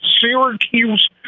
Syracuse